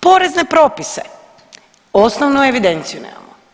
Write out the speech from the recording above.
Porezne propise, osnovnu evidenciju nemamo.